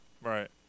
Right